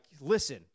listen